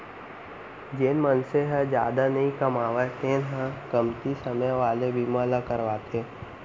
जेन मनसे ह जादा नइ कमावय तेन ह कमती समे वाला बीमा ल करवाथे